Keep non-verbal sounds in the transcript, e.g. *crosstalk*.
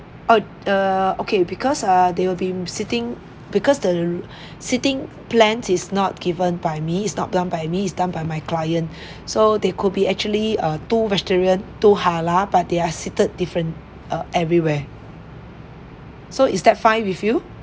oh err okay because err they will be sitting because the *breath* seating plan is not given by me is not done by me is done by my client *breath* so they could be actually uh two vegetarian two halal but they're seated different uh everywhere so is that fine with you